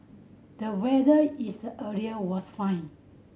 the weather is the area was fine